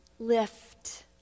lift